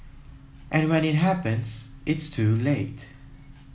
and when it happens it's too late